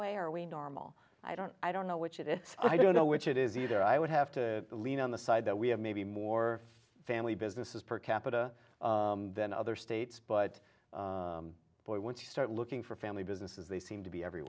way are we normal i don't i don't know which it is i don't know which it is either i would have to lean on the side that we have maybe more family businesses per capita than other states but boy when you start looking for family businesses they seem to be every